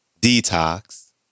Detox